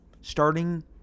starting